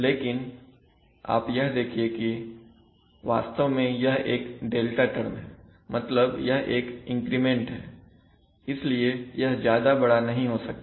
लेकिन आप यह देखिए कि वास्तव में यह एक डेल्टा टर्म है मतलब यह एक इंक्रीमेंट है इसलिए यह ज्यादा बड़ा नहीं हो सकता